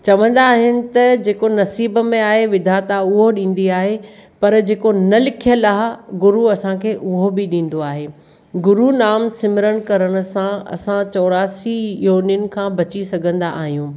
चवंदा आहिनि त जेको नसीब में आहे विधाता उहो ॾींदी आहे पर जेको न लिखियल आहे गुरु असांखे उहो बि ॾींदो आहे गुरु नाम सिमरन करण सां असां चोरासी योनिन खां बची सघंदा आहियूं